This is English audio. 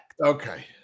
Okay